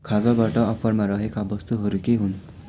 खाजाबाट अफरमा रहेका वस्तुहरू के हुन्